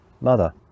mother